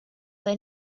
they